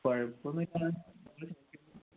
കുഴപ്പമൊന്നുമില്ല